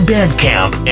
Bandcamp